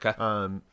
Okay